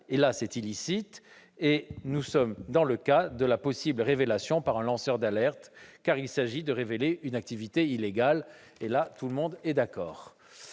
ce qui est illicite, et là nous sommes dans le cas de la possible révélation par un lanceur d'alerte, car il s'agit de révéler une activité illégale. Sur ce point, nous sommes tous d'accord.